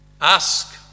Ask